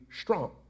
strong